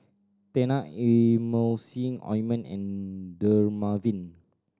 Tena Emulsying Ointment and Dermaveen